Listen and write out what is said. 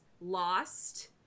lost